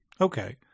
okay